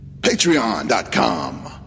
Patreon.com